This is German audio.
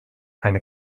eine